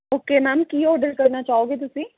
okay ma'am ਕੀ order ਕਰਨਾ ਚਾਹੋਗੇ ਤੁਸੀਂ